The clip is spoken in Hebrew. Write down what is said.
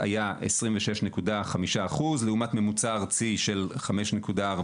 היה 26.5% לעומת ממוצע ארצי של 5.4%